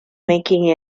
making